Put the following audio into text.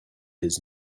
his